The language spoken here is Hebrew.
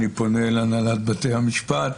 אני פונה אל הנהלת בתי המשפט